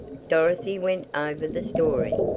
dorothy went over the story.